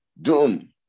Doom